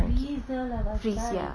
free sia